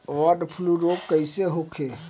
Bird flu रोग कईसे होखे?